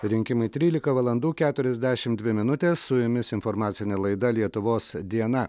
rinkimai trylika valandų keturiasdešimt dvi minutės su jumis informacinė laida lietuvos diena